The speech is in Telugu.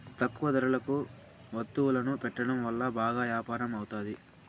తక్కువ ధరలకు వత్తువులను పెట్టడం వల్ల బాగా యాపారం అవుతాది